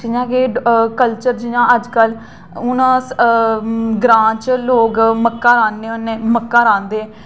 जि'यां कि कल्चर जि'यां अजकल हून अस ग्रां च लोक मक्कां राह्न्नें होन्ने मक्कां रांह्दे